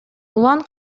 улан